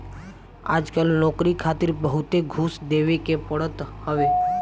आजकल नोकरी खातिर बहुते घूस देवे के पड़त हवे